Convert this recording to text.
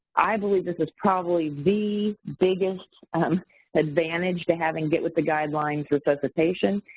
i believe this is probably the biggest advantage to having get with the guidelines-resuscitation,